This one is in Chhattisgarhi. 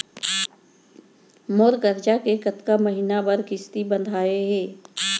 मोर करजा के कतका महीना बर किस्ती बंधाये हे?